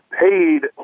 paid